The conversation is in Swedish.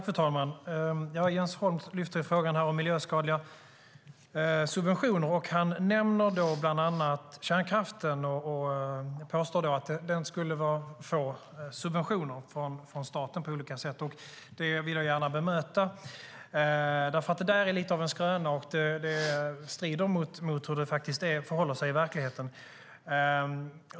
Fru talman! Jens Holm lyfter fram frågan om miljöskadliga subventioner. Han nämner bland annat kärnkraften och påstår att den skulle få subventioner från staten på olika sätt. Det vill jag gärna bemöta, för det där är lite av en skröna och strider mot hur det förhåller sig i verkligheten.